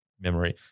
memory